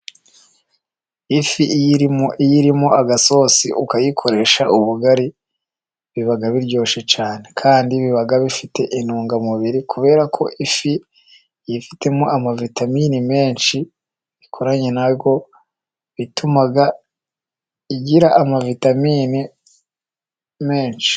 Ifi iyo irimo agasosi ukayikoresha ubugari biba biryoshye cyane, kandi biba bifite intungamubiri, kubera ko ifi yifitemo ama vitaminini menshi ikoranye nayo, bitumaga igira ama vitamin menshi.